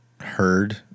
heard